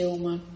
uma